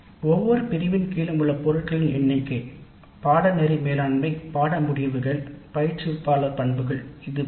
குறிப்பாகஒவ்வொரு பிரிவின் கீழும் உள்ள பொருட்களின் எண்ணிக்கை பாடநெறி மேலாண்மை பாடநெறி முடிவுகள் பயிற்றுவிப்பாளர் பண்புகள் போன்றவற்றில் கவனம் செலுத்த வேண்டும்